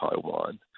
Taiwan